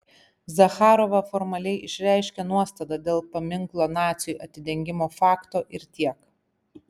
zacharova formaliai išreiškė nuostabą dėl paminklo naciui atidengimo fakto ir tiek